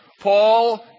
Paul